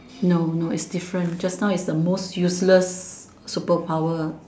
no no is different just now is the most useless superpower